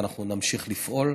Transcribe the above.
ואנחנו נמשיך לפעול.